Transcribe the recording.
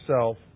self